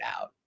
out